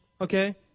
Okay